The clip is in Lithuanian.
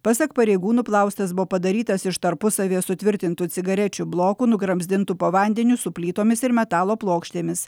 pasak pareigūnų plaustas buvo padarytas iš tarpusavyje sutvirtintų cigarečių blokų nugramzdintų po vandeniu su plytomis ir metalo plokštėmis